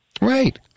Right